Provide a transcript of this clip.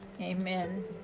Amen